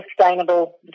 Sustainable